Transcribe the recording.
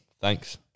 thanks